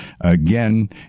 again